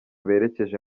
berekeje